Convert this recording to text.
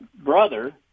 brother